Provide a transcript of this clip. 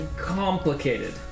complicated